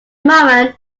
moment